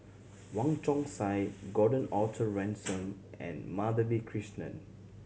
Wong Chong Sai Gordon Arthur Ransome and Madhavi Krishnan